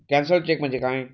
Cancelled cheque म्हणजे काय?